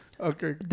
Okay